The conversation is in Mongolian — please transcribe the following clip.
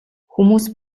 хүмүүс